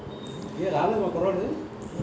బంగారం మీద అప్పు ఇస్తారా? ఒక గ్రాము కి ఎంత ఇస్తారు?